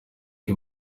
iyo